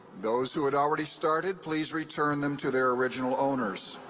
those who had already started, please return them to their original owners.